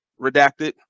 redacted